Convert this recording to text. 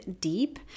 deep